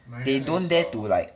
they don''t dare to like